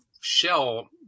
shell